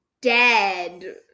dead